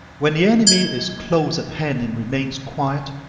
when the enemy is close at hand and remains quiet,